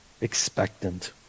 expectant